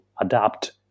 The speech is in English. adapt